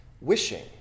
wishing